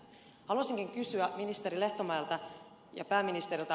haluaisinkin kysyä ministeri lehtomäeltä ja pääministeriltä